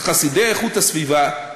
חסידי איכות הסביבה,